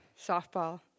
softball